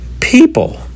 people